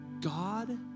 God